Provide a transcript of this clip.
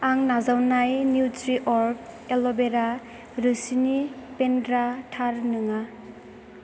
आं नाजावनाय निउत्रिअर्ग एलवेरा रोसिनि बेन्द्रा थार नङा